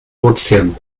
ozean